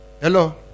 Hello